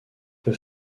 peut